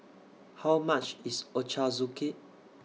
How much IS Ochazuke